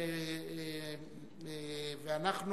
אנחנו,